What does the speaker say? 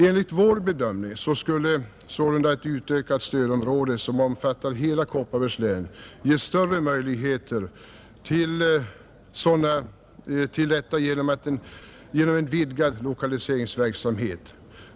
Enligt vår bedömning skulle sålunda ett utökat stödområde, som omfattar hela Kopparbergs län, ge större möjligheter att skapa nya arbetstillfällen genom en vidgad lokaliseringsverksamhet.